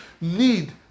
need